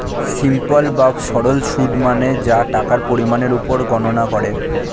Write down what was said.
simple বা সরল সুদ মানে যা টাকার পরিমাণের উপর গণনা করে